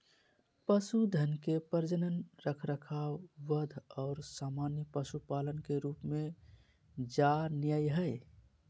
पशुधन के प्रजनन, रखरखाव, वध और सामान्य पशुपालन के रूप में जा नयय हइ